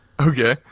Okay